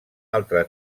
altre